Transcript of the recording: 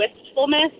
wistfulness